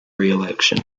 reelection